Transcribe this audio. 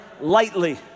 lightly